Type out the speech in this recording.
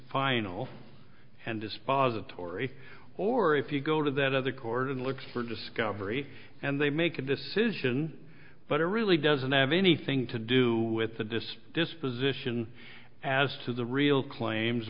final and dispositive tory or if you go to that other court and look for discovery and they make a decision but it really doesn't have anything to do with the dis disposition as to the real claims